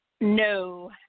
no